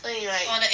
所以 like